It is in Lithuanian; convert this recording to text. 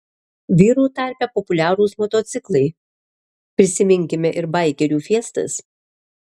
vyrų tarpe populiarūs motociklai prisiminkime ir baikerių fiestas